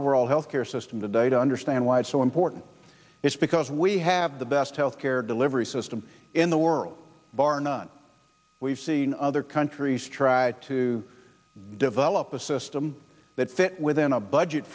overall health care system today to understand why it's so important it's because we have the best health care delivery system in the world bar none we've seen other countries tried to develop a system that fit within a budget